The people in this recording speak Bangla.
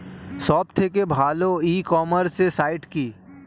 সব থেকে ভালো ই কমার্সে সাইট কী?